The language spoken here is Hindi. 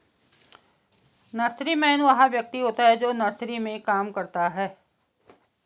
नर्सरीमैन वह व्यक्ति होता है जो नर्सरी में काम करता है